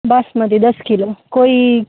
બાસમતી દસ કિલો કોઈ